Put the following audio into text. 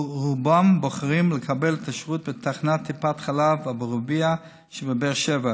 רובם בוחרים לקבל את השירות בתחנת טיפת חלב אבו רביע שבבאר שבע.